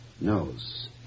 Knows